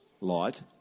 Light